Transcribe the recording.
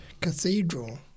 cathedral